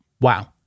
Wow